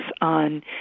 on